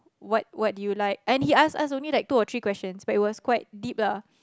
what what do you like and he ask us only like two or three question but it was quite deep lah